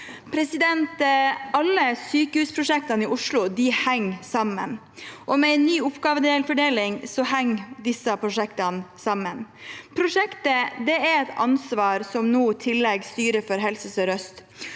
måneder. Alle sykehusprosjektene i Oslo henger sammen, og også med en ny oppgavefordeling henger disse prosjektene sammen. Prosjektet er et ansvar som nå tilligger styret for Helse Sør-Øst.